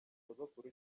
sogokuru